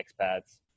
expats